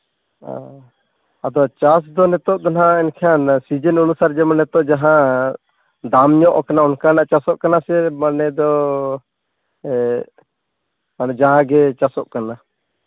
ᱚ ᱟᱫᱚ ᱪᱟᱥ ᱫᱚ ᱱᱤᱛᱳᱜ ᱫᱚ ᱱᱟᱜ ᱮᱱᱠᱷᱟᱱ ᱥᱤᱡᱤᱱ ᱚᱱᱩᱥᱟᱨ ᱡᱮᱢᱚᱱ ᱱᱤᱛᱳᱜ ᱡᱟᱦᱟᱸ ᱫᱟᱢ ᱧᱚᱜ ᱟᱠᱟᱱᱟ ᱚᱱᱠᱟᱱᱟᱜ ᱪᱟᱥᱚᱜ ᱠᱟᱱᱟ ᱥᱮ ᱢᱟᱱᱮ ᱫᱚ ᱢᱟᱱᱮ ᱡᱟᱦᱟᱸ ᱜᱮ ᱪᱟᱥᱚᱜ ᱠᱟᱱᱟ